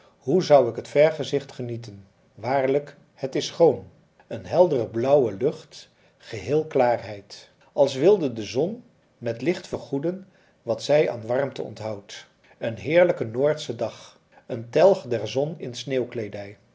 hoe zou ik het vergezicht genieten waarlijk het is schoon een heldere blauwe lucht geheel klaarheid als wilde de zon met licht vergoeden wat zij aan warmte onthoudt een heerlijke noordsche dag een telg der zon in